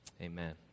amen